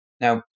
Now